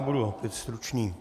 Budu stručný.